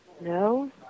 No